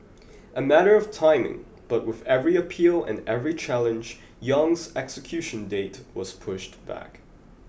a matter of timing but with every appeal and every challenge Yong's execution date was pushed back